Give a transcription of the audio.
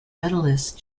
medallist